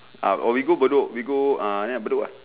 ah or we go bedok we go uh ya bedok ah